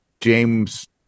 James